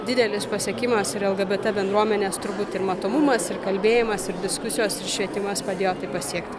didelis pasiekimas ir lgbt bendruomenės turbūt ir matomumas ir kalbėjimas ir diskusijos ir švietimas padėjo tai pasiekti